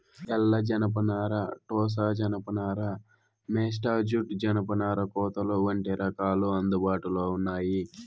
తెల్ల జనపనార, టోసా జానప నార, మేస్టా జూట్, జనపనార కోతలు వంటి రకాలు అందుబాటులో ఉన్నాయి